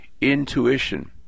intuition